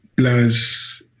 plus